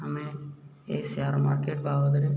ଆମେ ଏ share market ବାବଦରେ